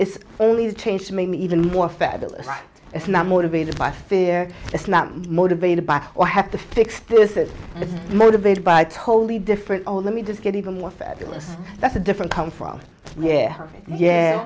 it's only has changed to make me even more fabulous it's not motivated by fear it's not motivated by or have to fix this is motivated by totally different all let me just get even more fabulous that's a different come from yeah yeah